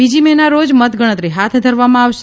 બીજી મેના રોજ મતગણતરી હાથ ધરવામાં આવશે